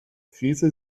krise